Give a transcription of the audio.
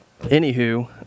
anywho